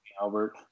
Albert